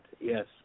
Yes